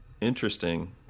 interesting